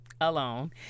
Alone